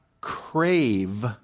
crave